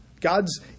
God's